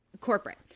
corporate